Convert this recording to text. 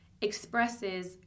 expresses